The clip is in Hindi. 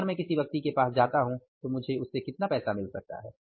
अगर मैं किसी व्यक्ति के पास जाता हूं तो मुझे उससे कितना पैसा मिल सकता है